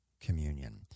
communion